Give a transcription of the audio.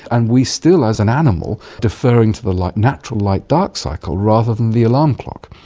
and we still as an animal defer and to the like natural light-dark cycle rather than the alarm clock.